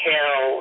Hill